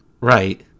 Right